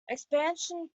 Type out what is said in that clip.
expansion